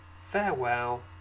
farewell